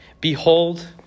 Behold